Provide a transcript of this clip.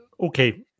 okay